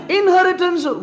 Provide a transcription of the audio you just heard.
inheritance